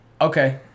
Okay